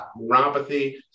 neuropathy